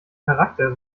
charakter